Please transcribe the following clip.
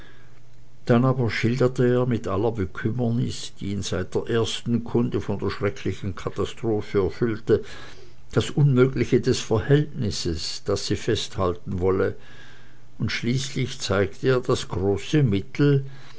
dann aber schilderte er mit aller bekümmernis die ihn seit der ersten kunde von der schrecklichen katastrophe erfüllte das unmögliche des verhältnisses das sie festhalten wolle und schließlich zeigte er das große mittel